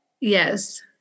Yes